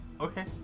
Okay